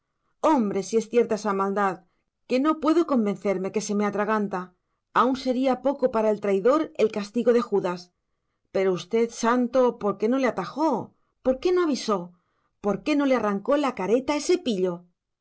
si es cierta esa maldad que no puedo convencerme que se me atraganta aún sería poco para el traidor el castigo de judas pero usted santo por qué no le atajó por qué no avisó por qué no le arrancó la careta a ese pillo